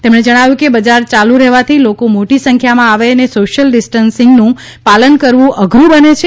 તેમણે જણાવ્યું કે બજાર ચાલુ રહેવાથી લોકો મોટી સંખ્યામાં આવે અને સોશિયલ ડીસ્ટંસીંગનું પાલન કરવું અઘરૂ બને છે